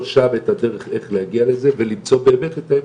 שם את הדרך איך להגיע לזה וליצור את האמון,